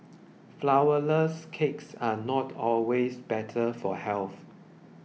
Flourless Cakes are not always better for health